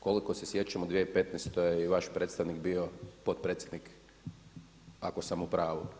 Koliko se sjećam u 2015. je i vaš predstavnik bio potpredsjednik ako sam u pravu.